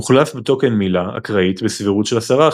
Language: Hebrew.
מוחלף בטוקן מילה אקראית בסבירות של 10%,